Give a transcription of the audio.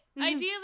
ideally